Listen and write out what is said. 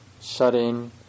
Shutting